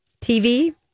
TV